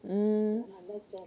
mm